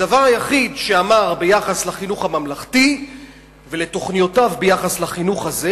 הדבר היחיד שהוא אמר ביחס לחינוך הממלכתי ולתוכניותיו ביחס לחינוך הזה,